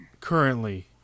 currently